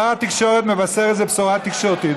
שר התקשורת מבקש איזו בשורה תקשורתית,